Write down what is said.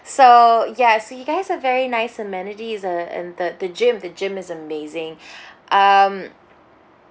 so yes you guys have very nice amenities uh and the the gym the gym is amazing um